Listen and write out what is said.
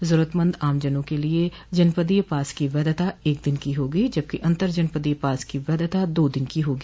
जरूरतमंद आमजनों के लिये जनपदीय पास की वैधता एक दिन की होगी जबकि अन्तर जनपदीय पास की वैधता दो दिन की होगी